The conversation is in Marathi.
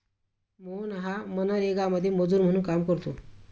मोहन हा मनरेगामध्ये मजूर म्हणून काम करतो